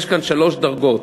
יש כאן שלוש דרגות,